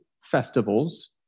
festivals